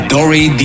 Dory